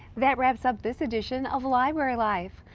that wraps up this edition of library life.